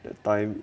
that time